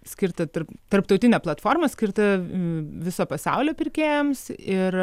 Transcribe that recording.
skirta tarp tarptautinė platforma skirta viso pasaulio pirkėjams ir